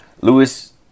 Lewis